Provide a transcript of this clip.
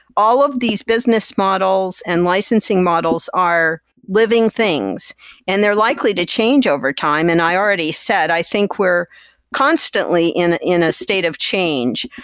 all of these business models and licensing models are living things and they are likely to change over time, and i already said, i think we're constantly in in a state of change.